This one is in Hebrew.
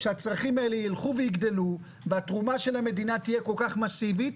כשהצרכים האלה ילכו ויגדלו והתרומה של המדינה תהיה כל כך מסיבית,